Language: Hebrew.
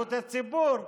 בריאות הציבור,